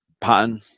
pattern